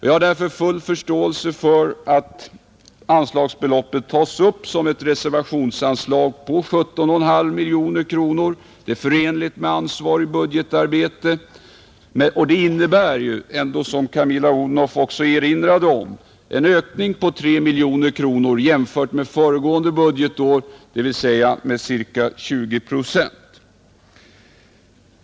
Jag har därför full förståelse för att anslagsbeloppet tas upp som ett reservationsanslag på 17,5 miljoner kronor. Det är förenligt med ansvar i budgetarbete. Anslaget innebär ändå, som Camilla Odhnoff också erinrade om, en ökning med 3 miljoner kronor jämfört med föregående budgetår, dvs. ca 20 procent.